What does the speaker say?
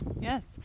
Yes